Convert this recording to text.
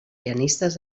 pianistes